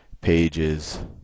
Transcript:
pages